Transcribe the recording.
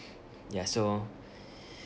ya so